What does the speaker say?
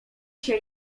się